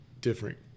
different